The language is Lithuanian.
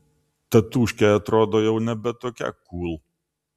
tatūškė atrodo jau nebe tokia kūl